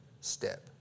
step